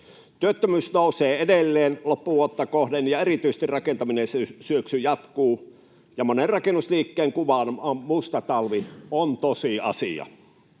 Työttömyys nousee edelleen loppuvuotta kohden, ja erityisesti rakentamisen syöksy jatkuu, ja monen rakennusliikkeen kuvaama musta talvi on tosiasia.